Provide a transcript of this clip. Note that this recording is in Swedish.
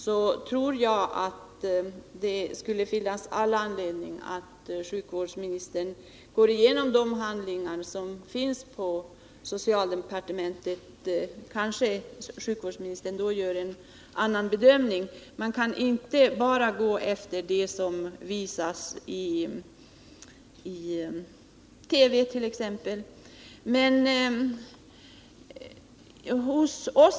Jag tror att det finns all anledning för sjukvårdsministern att gå igenom de handlingar som finns på socialdepartementet. Sjukvårdsministern kanske då gör en annan bedömning. Man kan inte bara gå efter det som visas i t.ex. TV.